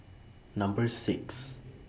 Number six